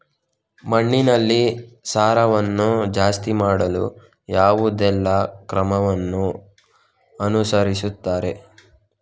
ಮಣ್ಣಿನಲ್ಲಿ ಸಾರವನ್ನು ಜಾಸ್ತಿ ಮಾಡಲು ಯಾವುದೆಲ್ಲ ಕ್ರಮವನ್ನು ಅನುಸರಿಸುತ್ತಾರೆ